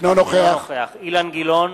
אינו נוכח אילן גילאון,